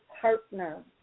partner